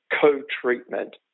co-treatment